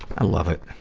i love it.